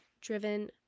driven